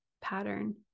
pattern